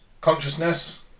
Consciousness